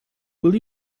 will